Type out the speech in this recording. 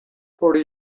forty